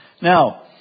Now